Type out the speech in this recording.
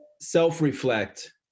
self-reflect